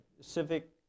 civic